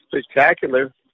spectacular